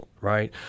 right